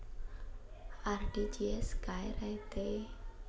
RTGS काय रायते?